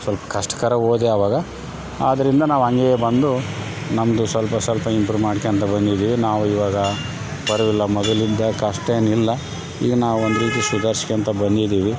ಸ್ವಲ್ಪ ಕಷ್ಟಕರ ಓದುವಾಗ ಆದ್ದರಿಂದ ನಾವು ಹಂಗೆ ಬಂದು ನಮ್ದು ಸ್ವಲ್ಪ ಸ್ವಲ್ಪ ಇಂಪ್ರೂವ್ ಮಾಡ್ಕೋಳ್ತ ಬಂದಿದ್ದೀವಿ ನಾವು ಇವಾಗ ಪರ್ವಿಲ್ಲ ಮೊದಲಿದ್ದ ಕಷ್ಟ ಏನಿಲ್ಲ ಈಗ ನಾವು ಒಂದು ರೀತಿ ಸುಧಾರ್ಸ್ಕೋಳ್ತ ಬಂದಿದೀವಿ